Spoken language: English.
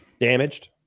damaged